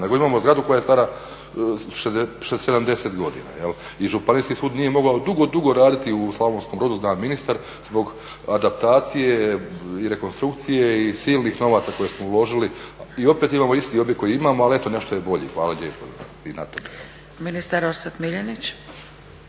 imamo zgradu koja je stara 70 godina. I županijski sud nije mogao dugo, dugo raditi u Slavonskom Brodu, zna ministar, zbog adaptacije i rekonstrukcije i silnih novaca koje smo uložili i opet imamo isti objekt koji imamo, ali eto nešto je bolji. Hvala lijepo i na tome.